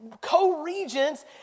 co-regents